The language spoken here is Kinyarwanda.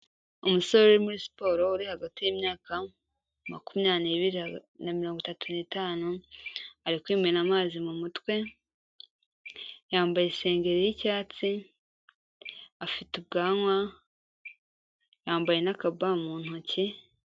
Umusore uri muri siporo uri hagati y'imyaka makumya n'ibiri na mirongo itatu n'itanu. Ari kwimena amazi mu mutwe. Yambaye isengeri y'icyatsi. Afite ubwanwa. Yambaye n'aka ba mu ntoki.